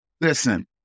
Listen